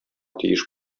тиеш